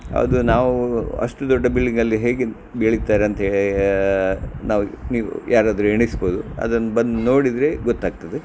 ಅದು ನಾವು ಅಷ್ಟು ದೊಡ್ಡ ಬಿಲ್ಡಿಂಗಲ್ಲಿ ಹೇಗೆ ಬೆಳಿತಾರೆ ಅಂತ ಹೇ ನಾವು ನೀವು ಯಾರಾದರೂ ಎಣಿಸ್ಬೋದು ಅದನ್ನ ಬಂದು ನೋಡಿದರೆ ಗೊತ್ತಾಗ್ತದೆ